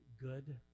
good